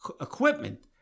equipment